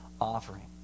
offering